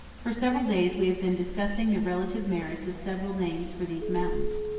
for several days we have been discussing the relative merits of several names for these mountains.